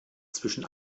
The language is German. zwischen